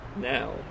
now